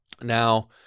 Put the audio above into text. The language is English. now